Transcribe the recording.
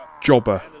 jobber